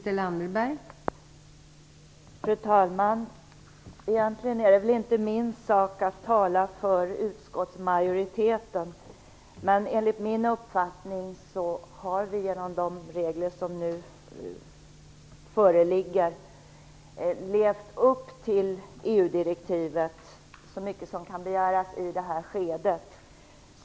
Fru talman! Egentligen är det inte min sak att tala för utskottsmajoriteten. Men enligt min uppfattning har vi genom de regler som nu föreligger levt upp till EU-direktivet så mycket som kan begäras i det här skedet.